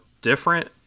different